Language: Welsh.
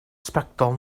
sbectol